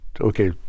Okay